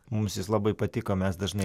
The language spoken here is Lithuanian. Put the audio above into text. mums jis labai patiko mes dažnai